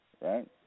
right